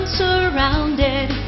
surrounded